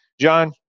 John